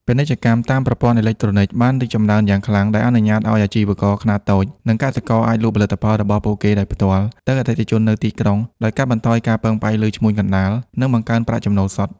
ពាណិជ្ជកម្មតាមប្រព័ន្ធអេឡិចត្រូនិកបានរីកចម្រើនយ៉ាងខ្លាំង ដែលអនុញ្ញាតឱ្យអាជីវករខ្នាតតូច និងកសិករអាចលក់ផលិតផលរបស់ពួកគេដោយផ្ទាល់ទៅអតិថិជននៅទីក្រុង ដោយកាត់បន្ថយការពឹងផ្អែកលើឈ្មួញកណ្តាល និងបង្កើនប្រាក់ចំណូលសុទ្ធ។